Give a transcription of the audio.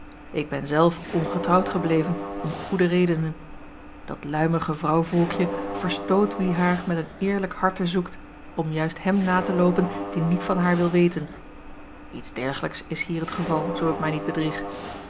ik ben zelf ongetrouwd gebleven om goede redenen dat luimige vrouwvolkje verstoot wie haar met een eerlijk harte zoekt om juist hem na te loopen die niet van haar wil weten iets dergelijks is hier het geval zoo ik mij niet bedrieg